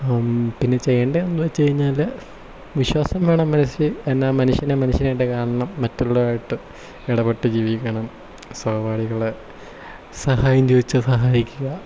പിന്നെ ചെയ്യേണ്ടത് എന്നു വെച്ചു കഴിഞ്ഞാൽ വിശ്വാസം വേണം മനസ്സിൽ എന്നാൽ മനുഷ്യനെ മനുഷ്യനായിട്ട് കാണണം മറ്റുള്ളവരായിട്ട് ഇടപെട്ട് ജീവിക്കണം സഹപാഠികളെ സഹായം ചോദിച്ചാൽ സഹായിക്കുക